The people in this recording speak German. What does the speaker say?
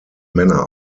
männer